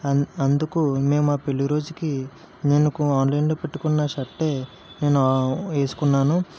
అందు అందుకు మేము మా పెళ్లి రోజుకి నేను ఆన్లైన్లో పెట్టుకున్న షర్టే నేను వేసుకున్నాను